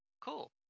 Cool